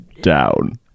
down